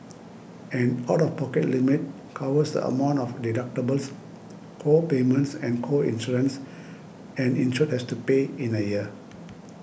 an out of pocket limit covers amount of deductibles co payments and co insurance an insured has to pay in a year